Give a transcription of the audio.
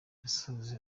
yasoje